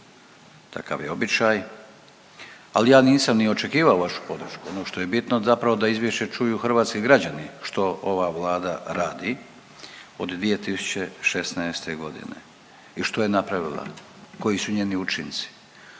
takav je običaj, ali ja nisam ni očekivao vašu podršku. Ono što je bitno zapravo da izvješće čuju hrvatski građani što ova Vlada radi od 2016. godine i što je napravila, koji su njeni učinci.